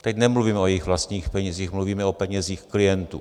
Teď nemluvím o jejich vlastních penězích, mluvíme o penězích klientů.